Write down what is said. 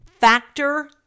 Factor